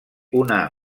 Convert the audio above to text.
una